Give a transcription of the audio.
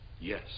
Yes